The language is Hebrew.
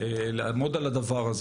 לעמוד על הדבר הזה.